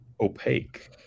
opaque